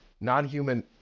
non-human